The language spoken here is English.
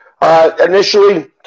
Initially